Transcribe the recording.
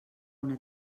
una